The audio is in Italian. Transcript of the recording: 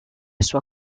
sua